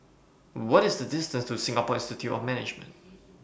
What IS The distance to Singapore Institute of Management